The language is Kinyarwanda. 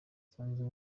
nsanzwe